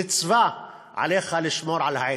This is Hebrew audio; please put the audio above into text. מצווה עליך לשמור על העץ,